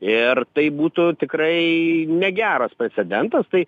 ir tai būtų tikrai negeras precedentas tai